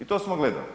I to smo gledali.